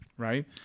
Right